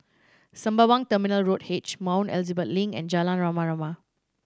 Sembawang Terminal Road H Mount Elizabeth Link and Jalan Rama Rama